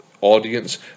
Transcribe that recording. audience